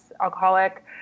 alcoholic